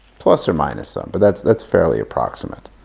plus or minus some. but that's that's fairly approximate.